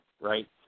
right